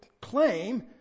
claim